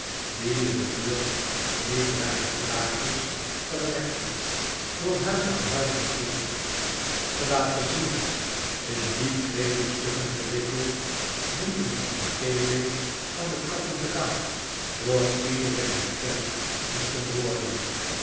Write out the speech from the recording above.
die in de buurt niet weinig praatjes verwekte door huis aan huis een kind te laten zien in die kleedingstukken gewikkeld die in de omgeving van de kathedraal door iedereen herkend moesten worden